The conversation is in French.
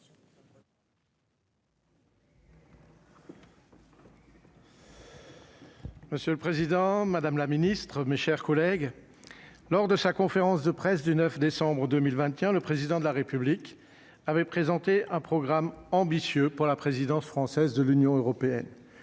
Monsieur le Président, Madame la Ministre, mes chers collègues, lors de sa conférence de presse du 9 décembre 2021, le président de la République avait présenté un programme ambitieux pour la présidence française de l'Union européenne